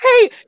Hey